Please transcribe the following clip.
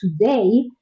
today